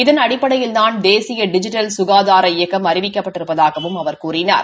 இதன் அடிப்படையில்தான் தேசிய டிஜிட்டல் சுகாதார இயக்கம் அறிவிக்கப்பட்டிருப்பதாகவும் அவர் கூறினார்